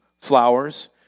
flowers